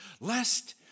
lest